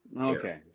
Okay